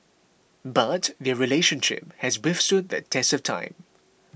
but their relationship has withstood the test of time